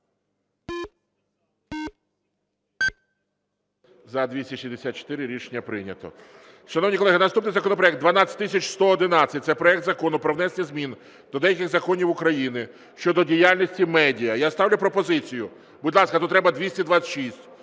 За-264 Рішення прийнято. Шановні колеги, наступний законопроект 12111. Це проект Закону про внесення змін до деяких законів України щодо діяльності медіа. Я ставлю пропозицію... Будь ласка, тут треба 226.